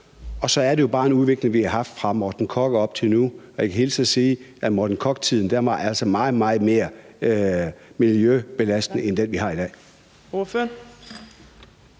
Og så er det jo bare en udvikling, vi har haft fra Morten Korch og op til nu. Og jeg kan hilse og sige, at Morten Korch-tiden altså var meget, meget mere miljøbelastende end den, vi har i dag. Kl.